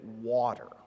water